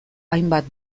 hainbat